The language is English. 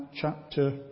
chapter